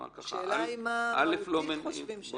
השאלה מה --- חושבים שזה נכון.